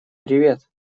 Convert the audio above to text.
привет